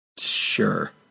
Sure